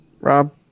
Rob